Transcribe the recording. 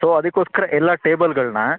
so ಅದಕ್ಕೋಸ್ಕರ ಎಲ್ಲ ಟೇಬಲ್ಗಳನ್ನ